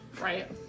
Right